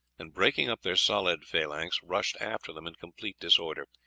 and breaking up their solid phalanx rushed after them in complete disorder.